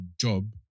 job